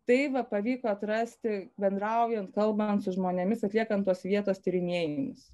tai va pavyko atrasti bendraujant kalbant su žmonėmis atliekant tos vietos tyrinėjimus